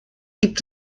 gibt